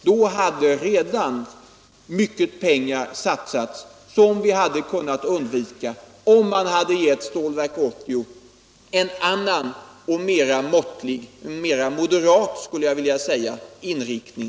Då hade redan mycket pengar satsats, vilket hade kunnat undvikas om man från början hade givit Stålverk 80 en annan och mera moderat inriktning.